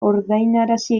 ordainarazi